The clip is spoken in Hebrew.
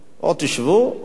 או שתשבו, או,